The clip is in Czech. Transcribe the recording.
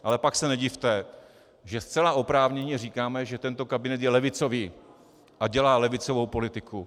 Ale pak se nedivte, že zcela oprávněně říkáme, že tento kabinet je levicový a dělá levicovou politiku.